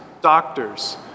doctors